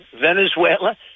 Venezuela